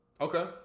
Okay